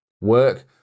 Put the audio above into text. work